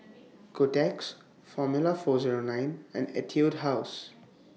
Kotex Formula four Zero nine and Etude House